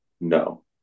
no